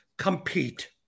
Compete